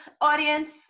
audience